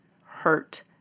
hurt